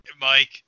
Mike